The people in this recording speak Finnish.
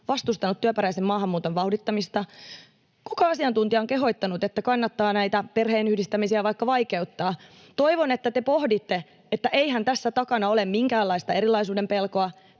vastustanut työperäisen maahanmuuton vauhdittamista? Kuka asiantuntija on kehottanut, että kannattaa vaikka näitä perheenyhdistämisiä vaikeuttaa? Toivon, että te pohditte, että eihän tässä takana ole minkäänlaista erilaisuuden pelkoa,